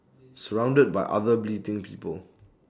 surrounded by other bleating people